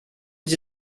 sie